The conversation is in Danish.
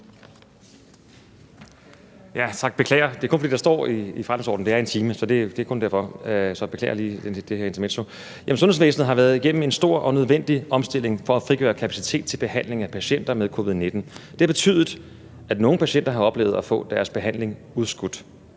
Jeg beklager, men det er kun, fordi der står i forretningsordenen, at det er 1 time – det er kun derfor. Så jeg beklager det her intermezzo. Sundhedsvæsenet har været igennem en stor og nødvendig omstilling for at frigøre kapacitet til behandling af patienter med covid-19. Det har betydet, at nogle patienter har oplevet at få deres behandling udskudt.